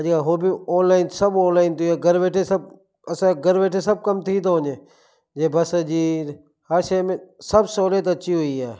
अॼुकल्ह उहो बि ऑनलाइन सभु ऑनलाइन थी वियो आहे घरु वेठे सभु असां घरु वेठे सभ कम थी थो वञे जे बस जी हर शइ में सभु सहूलियत अची वई आहे